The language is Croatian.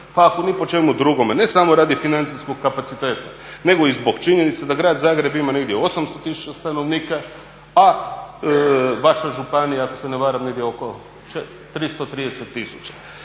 Pa ako ni po čemu drugome, ne samo radi financijskog kapaciteta nego i zbog činjenice da Grad Zagreb ima negdje 800 tisuća stanovnika, a vaša županija ako se ne varam negdje oko 330